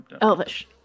elvish